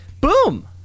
boom